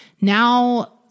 Now